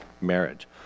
marriage